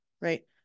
right